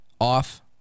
off